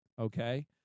okay